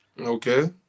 Okay